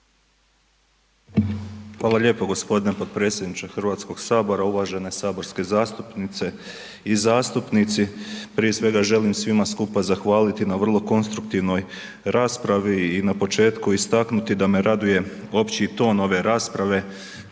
Hvala lijepo g. potpredsjedniče HS, uvažene saborske zastupnice i zastupnici, prije svega želim svima skupa zahvaliti na vrlo konstruktivnoj raspravi i na početku istaknuti da me raduje općit on ove rasprave